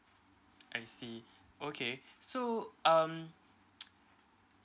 I see okay so um